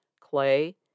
Clay